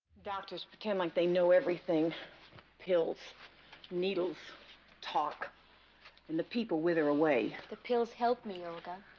doctors pretend like they know everything pills needles talk and the people wither away the pills help me olga